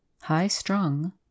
high-strung